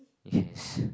yes